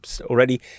already